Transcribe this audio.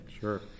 Sure